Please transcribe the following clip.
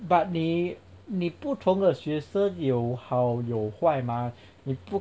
but 你你不同的学生有好有坏 mah 你不: ni bu